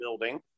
building